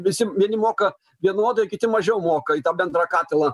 visi vieni moka vienodai kiti mažiau moka į tą bendrą katilą